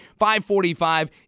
545